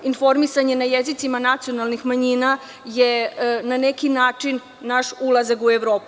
Informisanje na jezicima nacionalnih manjina je na neki način naš ulazak u Evropu.